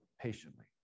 patiently